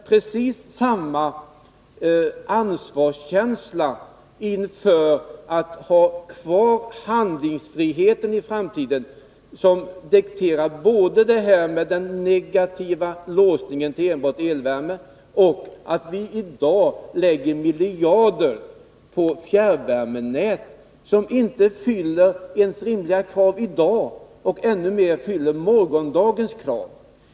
Det skapar ansvarskänsla och bevarar handlingsfriheten i framtiden i stället för att, som nu skett, skapa en negativ låsning till enbart elvärme och ett fjärrvärmenät för miljarder kronor, vilket inte ens i dag fyller rimliga krav och ännu mindre motsvarar morgondagens krav.